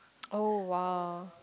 oh !wow!